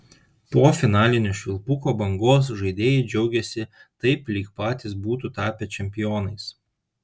po finalinio švilpuko bangos žaidėjai džiaugėsi taip lyg patys būtų tapę čempionais